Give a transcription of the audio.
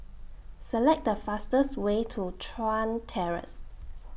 Select The fastest Way to Chuan Terrace